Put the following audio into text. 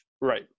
Right